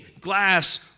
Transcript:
glass